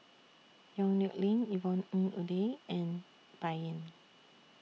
Yong Nyuk Lin Yvonne Ng Uhde and Bai Yan